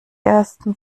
ersten